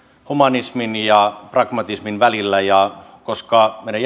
humanismin ja pragmatismin välillä ja koska meidän